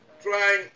trying